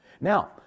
Now